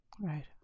Right